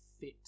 fit